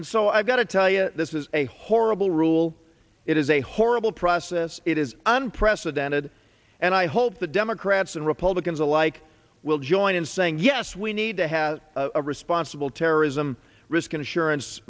and so i've got to tell you this is a horrible rule it is a horrible process it is unprecedented and i hope the democrats and republicans alike will join in saying yes we need to have a responsible terrorism risk insurance